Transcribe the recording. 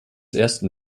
ersten